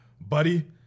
Buddy